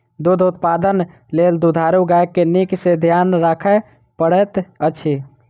दूध उत्पादन लेल दुधारू गाय के नीक सॅ ध्यान राखय पड़ैत अछि